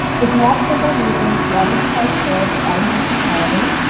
this map shows our region's water supply source by municipality.